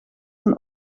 een